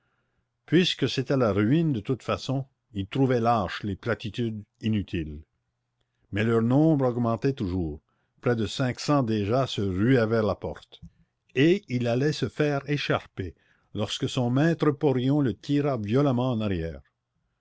puisque c'était la ruine de toute façon il trouvait lâches les platitudes inutiles mais leur nombre augmentait toujours près de cinq cents déjà se ruaient vers la porte et il allait se faire écharper lorsque son maître porion le tira violemment en arrière